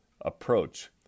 approach